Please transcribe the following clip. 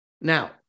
Now